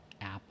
app